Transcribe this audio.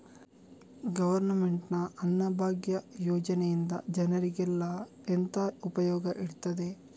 Government ನ ಅನ್ನಭಾಗ್ಯ ಯೋಜನೆಯಿಂದ ಜನರಿಗೆಲ್ಲ ಎಂತ ಉಪಯೋಗ ಇರ್ತದೆ?